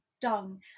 dung